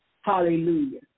Hallelujah